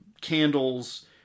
candles